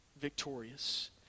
victorious